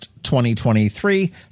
2023